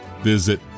visit